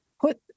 put